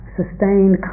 sustained